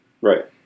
Right